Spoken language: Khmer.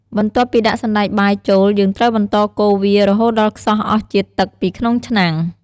បន្ទាប់ពីដាក់សណ្ដែកបាយចូល យើងត្រូវបន្តកូរវា រហូតដល់ខ្សោះអស់ជាតិទឹកពីក្នុងឆ្នាំង។